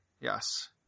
yes